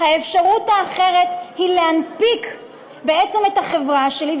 אפשרות אחרת היא להנפיק בעצם את החברה שלי,